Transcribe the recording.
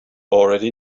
already